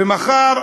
ומחר,